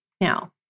Now